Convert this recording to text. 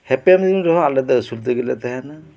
ᱦᱮᱯᱮᱱ ᱫᱤᱱ ᱨᱮᱦᱚᱸ ᱟᱞᱮ ᱫᱚ ᱥᱩᱫᱷᱟᱹ ᱜᱮᱞᱮ ᱛᱟᱦᱮᱸᱱᱟ